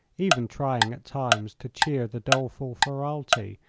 even trying at times to cheer the doleful ferralti,